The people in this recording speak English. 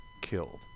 killed